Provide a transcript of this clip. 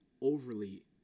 overly